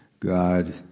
God